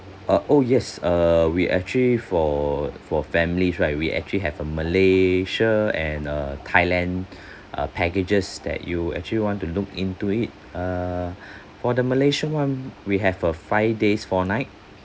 uh oh yes err we actually for for families right we actually have a malaysia and a thailand uh packages that you actually want to look into it err for the malaysian one we have a five days four night